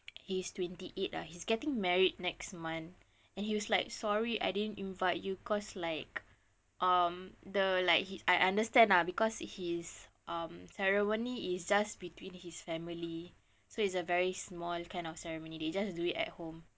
he's twenty eight lah he's getting married next month and he was like sorry I didn't invite you cause like um the like he I understand lah because his um ceremony is just between his family so it's a very small kind of ceremony they just do it at home